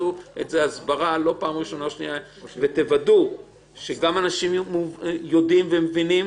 התשעה חודשים כדי לוודא שאנשים יודעים ומבינים